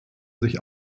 sich